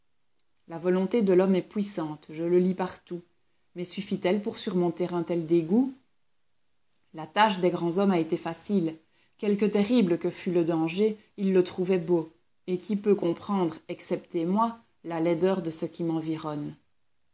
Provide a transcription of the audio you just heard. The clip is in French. la volonté de l'homme est puissante je le lis partout mais suffit-elle pour surmonter un tel dégoût la tâche des grands hommes a été facile quelque terrible que fût le danger ils le trouvaient beau et qui peut comprendre excepté moi la laideur de ce qui m'environne